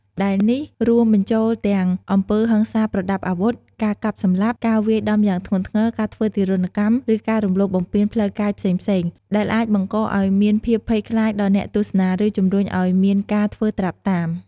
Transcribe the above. ដែលនេះរួមបញ្ចូលទាំងអំពើហិង្សាប្រដាប់អាវុធ ការកាប់សម្លាប់ ការវាយដំយ៉ាងធ្ងន់ធ្ងរ ការធ្វើទារុណកម្ម ឬការរំលោភបំពានផ្លូវកាយផ្សេងៗ ដែលអាចបង្កឲ្យមានភាពភ័យខ្លាចដល់អ្នកទស្សនា ឬជំរុញឲ្យមានការធ្វើត្រាប់តាម។